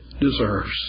deserves